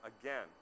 again